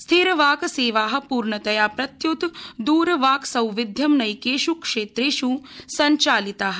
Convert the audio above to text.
स्थिर वाक् सेवा पूर्णतया प्रत्य्त द्रवाक्सौविध्यं नैकेष् क्षेत्रेष् संचालिता